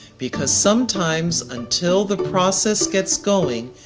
because sometimes until the process gets going,